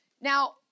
Now